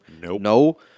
No